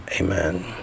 amen